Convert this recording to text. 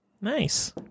nice